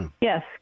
yes